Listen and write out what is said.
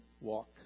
walk